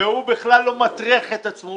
והוא בכלל לא מטריח את עצמו,